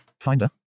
Finder